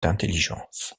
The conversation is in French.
d’intelligence